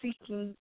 seeking